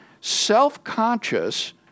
self-conscious